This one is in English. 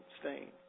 stain